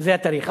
זה התאריך.